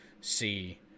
see